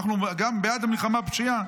גם אנחנו בעד המלחמה בפשיעה,